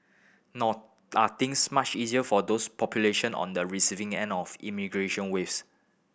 nor are things much easier for those population on the receiving end of immigration waves